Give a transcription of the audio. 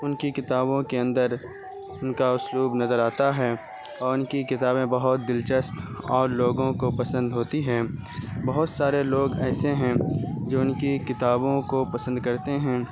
ان کی کتابوں کے اندر ان کا اسلوب نظر آتا ہے اور ان کی کتابیں بہت دلچسپ اور لوگوں کو پسند ہوتی ہیں بہت سارے لوگ ایسے ہیں جو ان کی کتابوں کو پسند کرتے ہیں